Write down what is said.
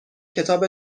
کتاب